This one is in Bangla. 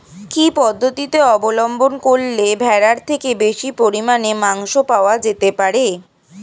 কি পদ্ধতিতে অবলম্বন করলে ভেড়ার থেকে বেশি পরিমাণে মাংস পাওয়া যেতে পারে?